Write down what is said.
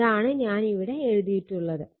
ഇതാണ് ഞാൻ ഇവിടെ എഴുതിയിട്ടുള്ളത്